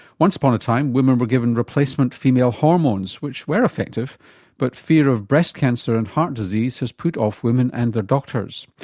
once upon a time women were given replacement female hormones which were effective but fear of breast cancer and heart disease has put off women and their doctors.